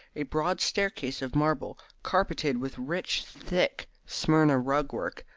a broad staircase of marble, carpeted with rich thick smyrna rug work,